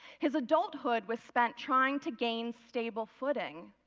his adulthood was spent trying to gain stable footing.